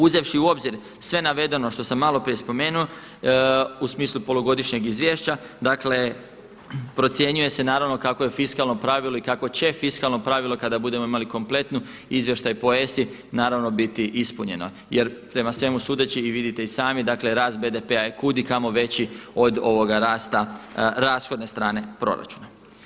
Uzevši u obzir sve navedeno što sam malo prije spomenuo u smislu polugodišnjeg izvješća, dakle procjenjuje se naravno kako je fiskalno pravilo i kako će fiskalno pravilo kada budemo imali kompletni izvještaj po ESA-i naravno biti ispunjeno jer prema svemu sudeći i vidite i sami dakle rast BDP-a je kudikamo veći od ovoga rasta rashodne strane proračuna.